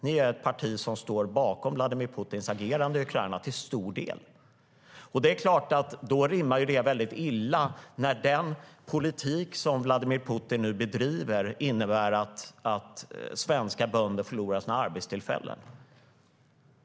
Ni är ett parti som står bakom Vladimir Putins agerande i Ukraina till stor del. Det är klart att det då rimmar väldigt illa när den politik som Vladimir Putin nu bedriver innebär att svenska bönder förlorar sina arbetstillfällen.